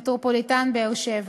מטרופולין באר-שבע.